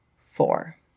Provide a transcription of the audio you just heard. four